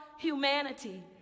humanity